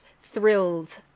thrilled